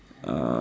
uh